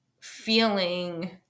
feeling